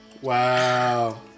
wow